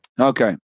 Okay